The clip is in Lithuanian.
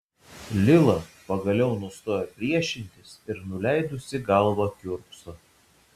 lila pagaliau nustoja priešintis ir nuleidusi galvą kiurkso